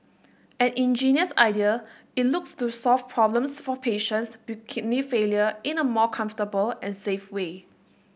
an ingenious idea it looks to solve problems for patients with kidney failure in a more comfortable and safe way